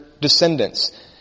descendants